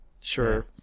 Sure